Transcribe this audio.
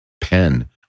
pen